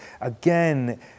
again